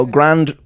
Grand